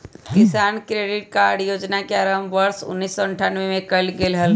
किसान credit card योजना के आरंभ वर्ष उन्नीसौ अठ्ठान्नबे में कइल गैले हल